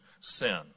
sin